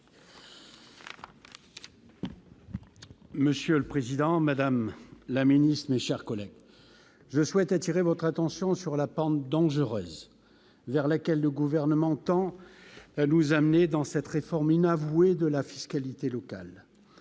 Monsieur le Président, Madame la Ministre, mes chers collègues, je souhaitais attirer votre attention sur la pente dangereuse vers laquelle le gouvernement entend elle nous amener dans cette réforme inavoué de la fiscalité locale,